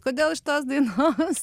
kodėl šitos dainos